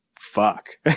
fuck